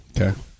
Okay